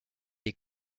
est